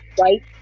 right